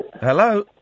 Hello